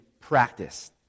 practice